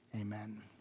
Amen